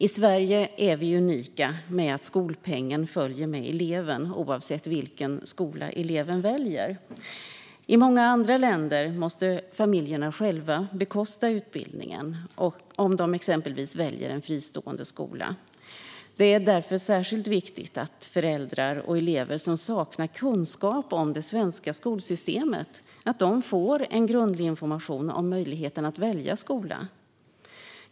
I Sverige är vi unika med att skolpengen följer med eleven, oavsett vilken skola eleven väljer. I många andra länder måste familjerna själva bekosta utbildningen om de exempelvis väljer en fristående skola. Det är därför särskilt viktigt att föräldrar och elever som saknar kunskap om det svenska skolsystemet får en grundlig information om möjligheterna att välja skola.